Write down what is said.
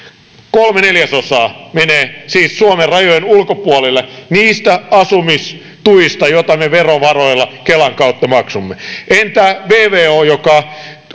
kolme neljäsosaa menee siis suomen rajojen ulkopuolelle niistä asumistuista joita me verovaroilla kelan kautta maksamme entä vvo joka